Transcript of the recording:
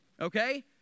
okay